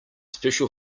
special